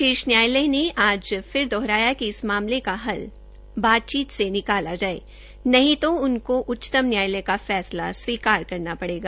शीर्ष न्यायालय ने आज फिर दोहराया कि इस मामले का हल बातचीत से निकाला जाये नहीं तो उनको उच्चतम न्यायालय का फैसला स्वीकार करना पड़ेगा